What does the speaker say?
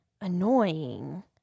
annoying